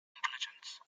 intelligence